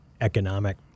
economic